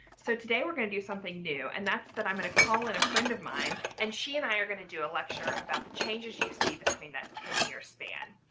so today we're going to do something new and that's that i'm going to call in a friend of mine and she and i are going to do a lecture about the changes you see between that ten year span.